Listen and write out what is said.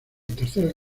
tercer